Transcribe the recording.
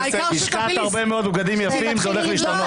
השקעת הרבה מאוד בבגדים יפים, זה הולך להשתנות.